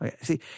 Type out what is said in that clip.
See